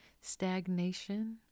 Stagnation